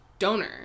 donor